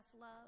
love